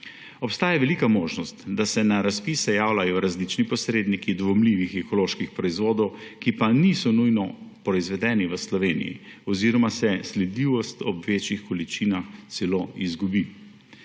Obstaja velika možnost, da se na razpise javljajo različni posredniki dvomljivih ekoloških proizvodov, ki pa niso nujno proizvedeni v Sloveniji oziroma se sledljivost ob večjih količinah celo izgubi.